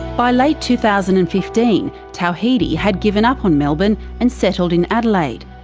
by late two thousand and fifteen, tawhidi had given up on melbourne and settled in adelaide.